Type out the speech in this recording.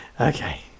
Okay